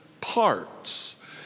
parts